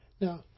Now